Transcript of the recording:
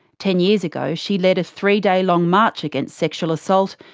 ten years ago she led a three-day long march against sexual assault,